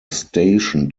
station